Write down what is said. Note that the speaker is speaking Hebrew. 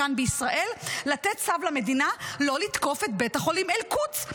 כאן בישראל לתת צו למדינה לא לתקוף את בית החולים אל-קודס.